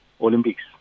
Olympics